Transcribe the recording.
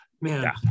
Man